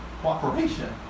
cooperation